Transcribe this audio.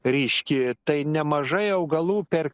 ryški tai nemažai augalų per